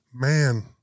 Man